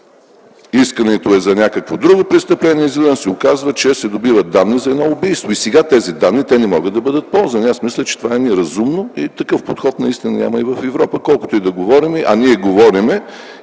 искането е за някакво друго престъпление. Изведнъж се оказва, че се добиват данни за убийство и сега тези данни не могат да бъдат ползвани. Аз мисля, че това е неразумно и такъв подход няма наистина и в Европа, колкото и да говорим. А ние говорим.